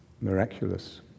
miraculous